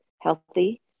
healthy